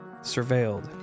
surveilled